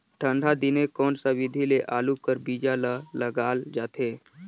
ठंडा दिने कोन सा विधि ले आलू कर बीजा ल लगाल जाथे?